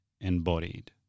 embodied